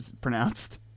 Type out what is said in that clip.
pronounced